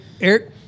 Eric